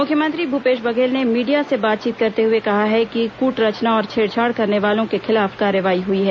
मुख्यमंत्री भूपेश बघेल ने मीडिया से बातचीत करते हए कहा है कि कूटरचना और छेड़छाड़ करने वालों के खिलाफ कार्रवाई हुई है